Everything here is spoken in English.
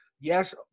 Yes